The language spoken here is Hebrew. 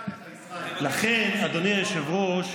אדוני היושב-ראש,